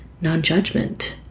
non-judgment